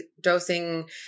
dosing